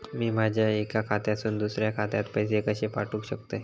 मी माझ्या एक्या खात्यासून दुसऱ्या खात्यात पैसे कशे पाठउक शकतय?